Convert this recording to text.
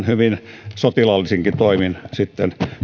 hyvin sotilaallisinkin toimin sitten